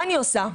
אין תקציבים.